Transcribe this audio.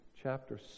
chapter